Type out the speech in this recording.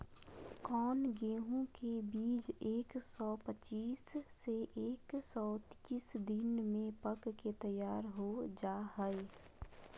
कौन गेंहू के बीज एक सौ पच्चीस से एक सौ तीस दिन में पक के तैयार हो जा हाय?